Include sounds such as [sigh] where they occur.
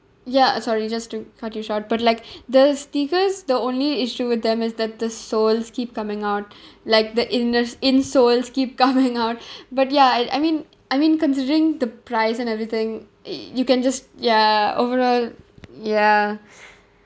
ya sorry just to cut you short but like [breath] the sneakers the only issue with them is that the soles keep coming out [breath] like the inners insoles keep coming out [laughs] but ya I I mean I mean considering the price and everything i~ you can just ya overall ya